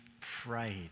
prayed